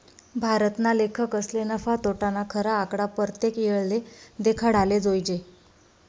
भारतना लेखकसले नफा, तोटाना खरा आकडा परतेक येळले देखाडाले जोयजे